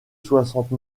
soixante